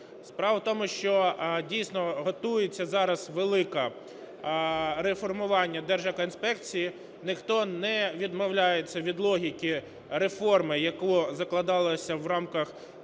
Справа в тому, що дійсно готується зараз велике реформування Держекоінспекції. Ніхто не відмовляється від логіки реформи, яка закладалася в рамках